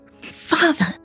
Father